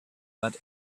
but